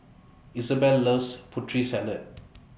Isabell loves Putri Salad